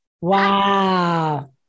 Wow